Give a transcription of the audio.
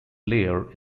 layer